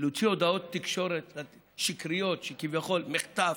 להוציא הודעות שקריות לתקשורת על כביכול מחטף,